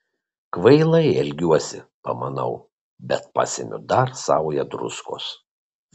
kvailai elgiuosi pamanau bet pasemiu dar saują druskos